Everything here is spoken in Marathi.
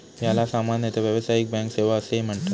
याला सामान्यतः व्यावसायिक बँक सेवा असेही म्हणतात